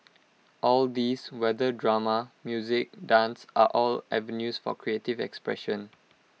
all these whether drama music dance are all avenues for creative expression